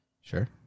Sure